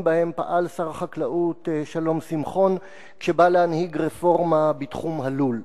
שבהם פעל שר החקלאות שלום שמחון כשבא להנהיג רפורמה בתחום הלול.